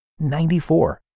94